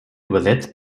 übersetzt